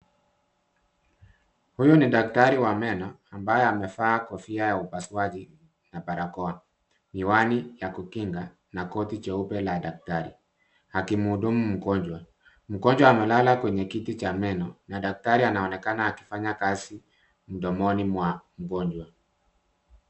Huyu ni daktari wa meno ambaye amevaa kofia ya upasauji na barakoa, miwani ya kukinga na koti jeupe la daktari akimhudumu mgonjwa. Mgonjwa amelala kwenye kiti cha meno na daktari anaonekana akifanya kazi mdomoni mwa mgonjwa.